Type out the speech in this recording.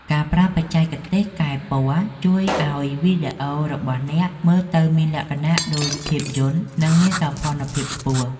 ការប្រើប្រាស់បច្ចេកទេសកែពណ៌ ជួយឱ្យវីដេអូរបស់អ្នកមើលទៅមានលក្ខណៈដូចភាពយន្ត និងមានសោភ័ណភាពខ្ពស់។